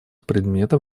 предметов